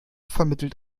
vermittelt